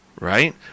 right